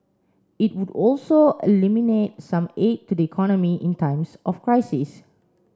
it would also eliminate some aid to the economy in times of crisis